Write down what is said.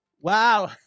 wow